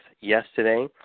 yesterday